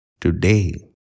today